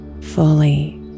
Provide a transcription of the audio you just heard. Fully